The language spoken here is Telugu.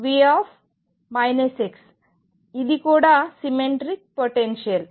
ఇది VxV ఇది కూడా సిమెట్రిక్ పొటెన్షియల్